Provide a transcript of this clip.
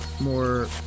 more